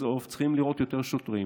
בסוף צריכים לראות יותר שוטרים.